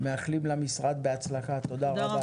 מאחלים למשרד בהצלחה, תודה רבה.